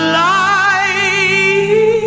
light